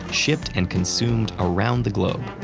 shipped and consumed around the globe.